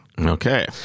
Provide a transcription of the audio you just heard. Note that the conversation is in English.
Okay